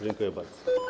Dziękuję bardzo.